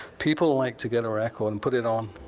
people like to get a record and put it on,